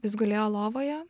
jis gulėjo lovoje